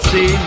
See